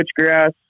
switchgrass